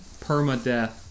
permadeath